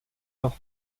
noch